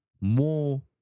more